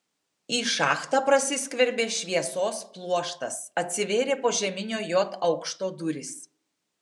į šachtą prasiskverbė šviesos pluoštas atsivėrė požeminio j aukšto durys